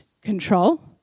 control